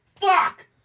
Fuck